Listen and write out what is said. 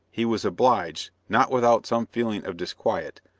he was obliged, not without some feeling of disquiet,